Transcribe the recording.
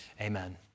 Amen